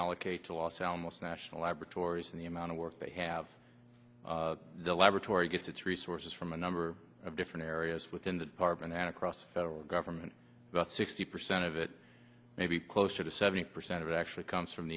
allocate to los alamos national laboratories and the amount of work they have the laboratory gets its resources from a number of different areas within the department and across the federal government about sixty percent of it may be closer to seventy percent of it actually comes from